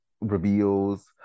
reveals